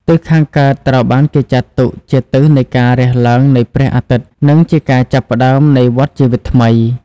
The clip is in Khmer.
ទិសខាងកើតត្រូវបានគេចាត់ទុកជាទិសនៃការរះឡើងនៃព្រះអាទិត្យនិងជាការចាប់ផ្តើមនៃវដ្ដជីវិតថ្មី។